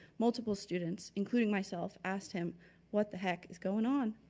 multiple students including myself asked him what the heck is going on.